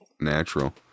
natural